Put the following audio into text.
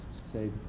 say